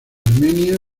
armenia